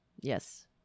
yes